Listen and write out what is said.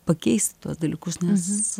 pakeist tuos dalykus nes